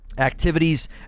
activities